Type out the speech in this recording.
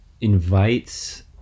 invites